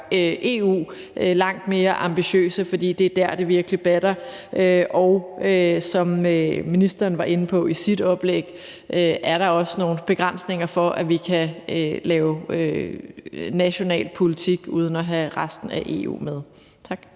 EU langt mere ambitiøse, for det er der, det virkelig batter, og som ministeren var inde på i sit oplæg, er der også nogle begrænsninger for, at vi kan lave national politik uden at have resten af EU med. Tak.